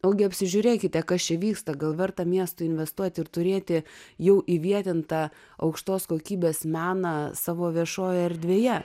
vėl gi apsižiūrėkite kas čia vyksta gal verta miestui investuoti ir turėti jau įvietintą aukštos kokybės meną savo viešojoje erdvėje